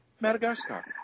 Madagascar